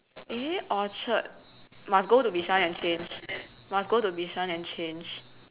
eh orchard must go to bishan and change must go to bishan and change